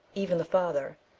even the father,